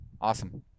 Awesome